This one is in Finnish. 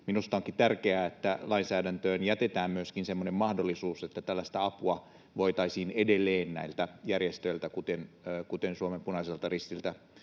Minusta onkin tärkeää, että lainsäädäntöön jätetään myöskin semmoinen mahdollisuus, että tällaista apua voitaisiin edelleen näiltä järjestöiltä, kuten Suomen Punaiselta Ristiltä